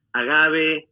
agave